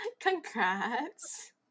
congrats